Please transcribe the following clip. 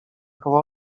koło